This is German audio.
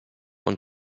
und